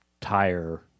tire